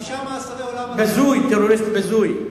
חמישה מאסרי עולם, טרוריסט בזוי,